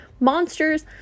Monsters